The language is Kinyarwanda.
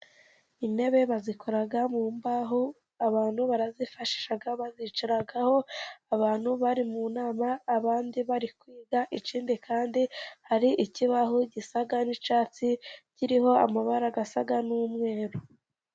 Intebe bazikora mu mbaho, abantu barazifashisha bazicaraho, abantu bari mu nama abandi bari kwiga, ikindi kandi hari ikibaho gisa n'icyatsi, kiriho amabara asa n'umweru.